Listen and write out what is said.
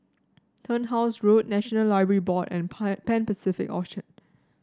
Turnhouse Road National Library Board and Pan Pacific Orchard